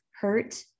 hurt